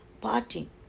parting